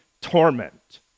torment